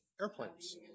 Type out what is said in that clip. airplanes